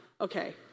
okay